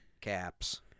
caps